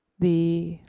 the,